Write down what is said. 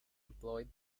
employed